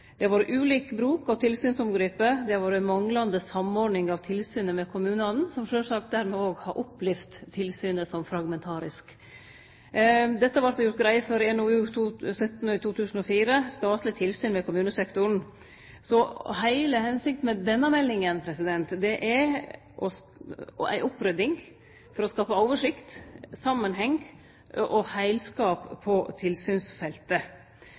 Det har vore ulik bruk av tilsynsomgrepet. Det har vore manglande samordning av tilsynet med kommunane, som sjølvsagt dermed òg har opplevd tilsynet som fragmentarisk. Dette vart det gjort greie for i NOU 2004:17, Statlig tilsyn med kommunesektoren. Så heile føremålet med denne meldinga er å få ei opprydding for å få oversikt, samanheng og heilskap på tilsynsfeltet.